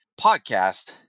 podcast